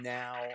now